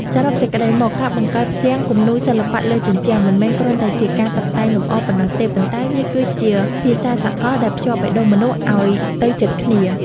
សរុបសេចក្ដីមក ការបង្កើតផ្ទាំងគំនូរសិល្បៈលើជញ្ជាំង មិនមែនគ្រាន់តែជាការតុបតែងលម្អប៉ុណ្ណោះទេ ប៉ុន្តែវាគឺជា ភាសាសកល ដែលភ្ជាប់បេះដូងមនុស្សឱ្យទៅជិតគ្នា។